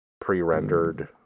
pre-rendered